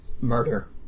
murder